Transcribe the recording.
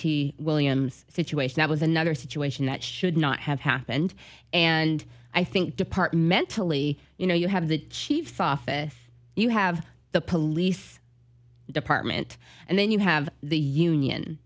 williams situation it was another situation that should not have happened and i think depart mentally you know you have the chief's office you have the police department and then you have the union